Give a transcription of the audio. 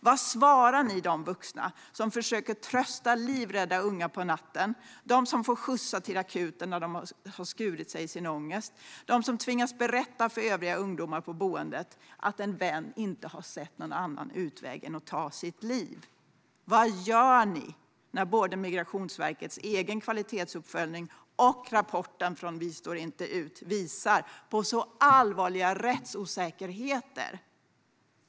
Vad svarar ni de vuxna som försöker trösta livrädda unga på natten, de som får skjutsa dem till akuten när de har skurit sig i sin ångest, de som tvingas berätta för övriga ungdomar på boendet att en av deras vänner inte har sett någon annan utväg än att ta sitt liv? Vad gör ni när både Migrationsverkets egen kvalitetsuppföljning och rapporten från Vi står inte ut visar på så allvarlig rättsosäkerhet?